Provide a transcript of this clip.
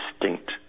distinct